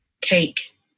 cake